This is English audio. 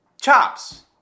chops